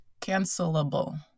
cancelable